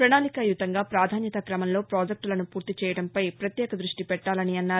ప్రణాళికాయుతంగా ప్రాధాన్యతా క్రమంలో ప్రాజెక్టులను పూర్తి చేయడంపై పత్యేక దృష్టి పెట్టాలన్నారు